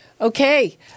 Okay